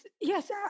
yes